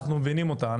אנחנו מבינים אותה.